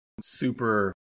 super